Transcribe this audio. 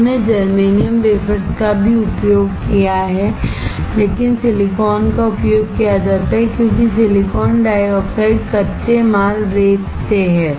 लोगों ने germanium wafers का भी उपयोग किया है लेकिन सिलिकॉन का उपयोग किया जाता है क्योंकि सिलिकॉन डाइऑक्साइड कच्चे माल रेत से है